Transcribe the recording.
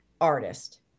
artist